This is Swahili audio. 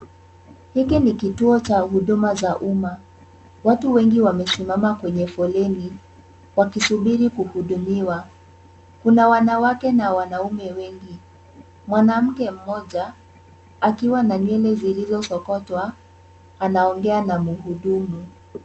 Hiki ni kituo cha huduma za uma. Watu wengi wamesimama kwenye foleni wakisubiri kuhudumiwa. Kuna wanawake na wanaume wengi. Mwanamke mmoja akiwa na nywele zilizosokotwa anaongea na mhudumu.